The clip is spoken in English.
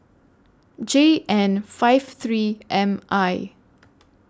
J N five three M I